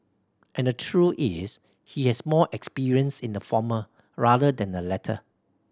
and the truth is he has more experience in the former rather than the latter